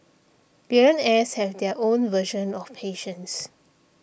billionaires have their own version of patience